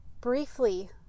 briefly